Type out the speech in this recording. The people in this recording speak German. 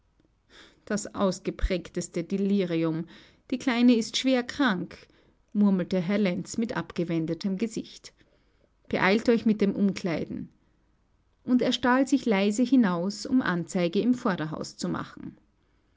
das ausgeprägteste delirium die kleine ist schwerkrank murmelte herr lenz mit abgewendetem gesicht beeilt euch mit dem umkleiden und er stahl sich leise hinaus um anzeige im vorderhaus zu machen